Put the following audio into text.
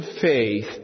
faith